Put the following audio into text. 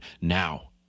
now